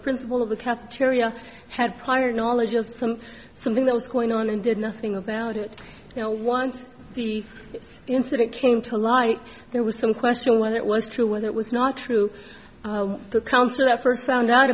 principal of the cafeteria had prior knowledge of some something that was going on and did nothing about it you know once the incident came to light there was some question whether it was true whether it was not true the council at first found out